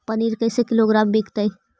पनिर कैसे किलोग्राम विकतै?